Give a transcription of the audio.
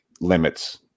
limits